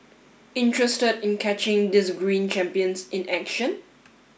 interested in catching these green champions in action